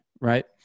right